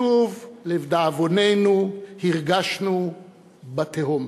שוב, לדאבוננו, הרגשנו בתהום.